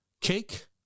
cake